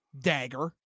Dagger